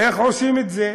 איך עושים את זה?